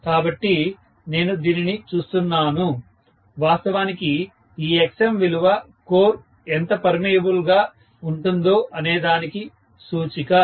కాబట్టి నేను దీనిని చూస్తున్నాను వాస్తవానికి ఈ Xm విలువ కోర్ ఎంత పర్మియబుల్ గా ఉంటుందో అనేదానికి సూచిక